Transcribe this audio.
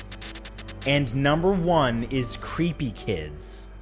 and number one is creepy kids.